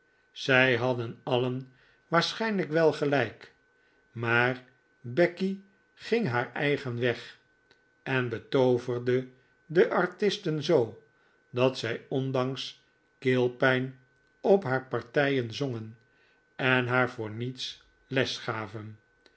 zij hadden alien waarschijnlijk wel gelijk maar becky ging haar eigen weg en betooverde de artisten zoo dat zij ondanks keelpijn op haar partijen zongen en haar voor niets les gaven